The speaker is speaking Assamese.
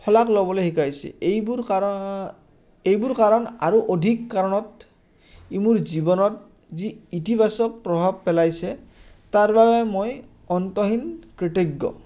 শলাগ ল'বলৈ শিকাইছে এইবোৰ কাৰণ এইবোৰ কাৰণ আৰু অধিক কাৰণত ই মোৰ জীৱনত যি ইতিবাচক প্ৰভাৱ পেলাইছে তাৰ বাবে মই অন্তহীন কৃতজ্ঞ